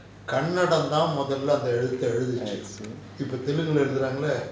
I see